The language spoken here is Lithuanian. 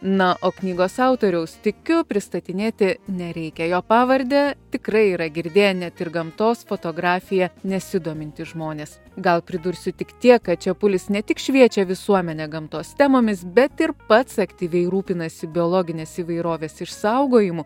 na o knygos autoriaus tikiu pristatinėti nereikia jo pavardę tikrai yra girdėję net tik gamtos fotografija nesidomintys žmonės gal pridursiu tik tiek kad čepulis ne tik šviečia visuomenę gamtos temomis bet ir pats aktyviai rūpinasi biologinės įvairovės išsaugojimu